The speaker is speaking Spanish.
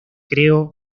creo